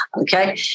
Okay